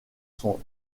son